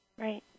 Right